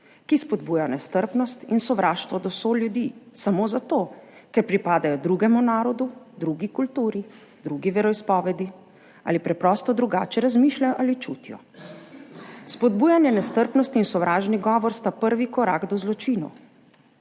ki spodbujajo nestrpnost in sovraštvo do soljudi samo zato, ker pripadajo drugemu narodu, drugi kulturi, drugi veroizpovedi ali preprosto drugače razmišljajo ali čutijo. Spodbujanje nestrpnosti in sovražni govor sta prvi korak do zločinov.